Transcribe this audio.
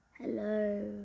Hello